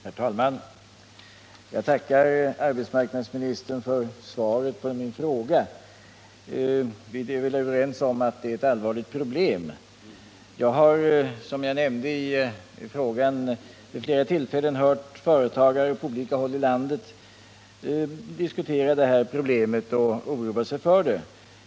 Herr talman! Jag tackar arbetsmarknadsministern för svaret på min fråga. Vi är väl överens om att detta är ett allvarligt problem. Jag har, som jag nämnde i frågan, vid flera tillfällen hört företagare på olika håll i landet diskutera detta problem och oroa sig för det.